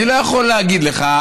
אני לא יכול להגיד לך,